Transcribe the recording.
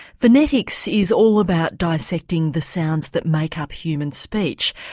phonetics is all about dissecting the sounds that make up human speech.